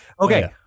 Okay